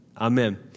Amen